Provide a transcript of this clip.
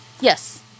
Yes